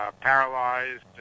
paralyzed